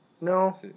No